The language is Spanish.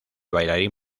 bailarín